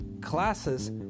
classes